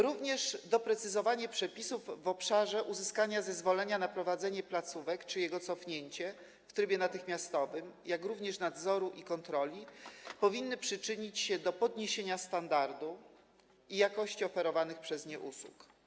Również doprecyzowanie przepisów w obszarze uzyskania zezwolenia na prowadzenie placówek czy jego cofnięcia w trybie natychmiastowym, jak również nadzoru i kontroli powinno przyczynić się do podniesienia standardu i jakości oferowanych usług.